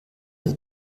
die